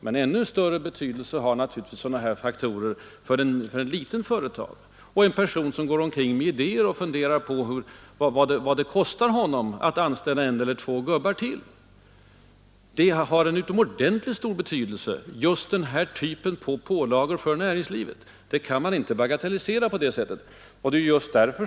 Men ännu större betydelse har naturligtvis sådana faktorer för ett litet företag eller för en person som går omkring med idéer och funderar på vad det skulle kosta honom att anställa en gubbe till eller två gubbar till. Just den här typen av pålagor har utomordentligt stor betydelse för näringslivet. Dem får man inte bagatellisera på det sätt som herr Holmqvist gjorde.